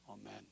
Amen